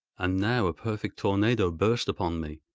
and now a perfect tornado burst upon me.